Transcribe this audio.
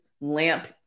lamp